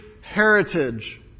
heritage